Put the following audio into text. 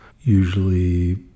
usually